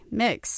mix